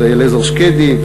אליעזר שקדי,